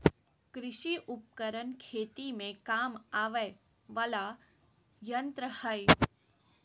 कृषि उपकरण खेती में काम आवय वला यंत्र हई